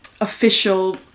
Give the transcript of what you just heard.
official